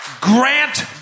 Grant